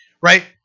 Right